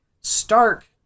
Stark